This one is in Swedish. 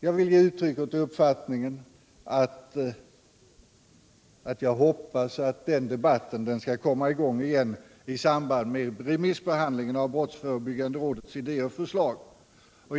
Här vill jag ge uttryck åt förhoppningen att debatten skall komma i gång igen i samband med remissbehandlingen av brottsförebyggande rådets idéer och förslag.